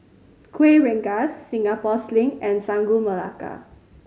Kuih Rengas Singapore Sling and Sagu Melaka